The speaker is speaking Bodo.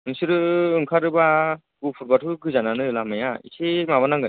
नोंसोरो ओंखारोबा गहपुरबाथ' गोजानानो लामाया एसे माबानांगोन